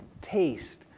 Taste